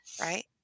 right